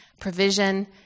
provision